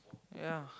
ya